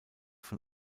von